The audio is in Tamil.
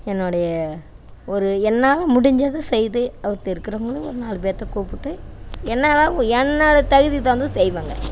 என்னோடைய ஒரு என்னால் முடிஞ்சத செய்து அவத்த இருக்கிறவங்களை ஒரு நாலு பேத்த கூப்பிட்டு என்னால் என்னோட தகுதிக்கு தகுந்தது செய்வேங்க